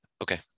Okay